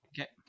Okay